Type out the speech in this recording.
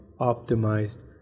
optimized